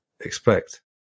expect